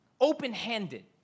open-handed